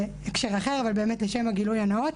זה הקשר אחר, אבל לשם הגילוי הנאות.